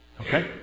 Okay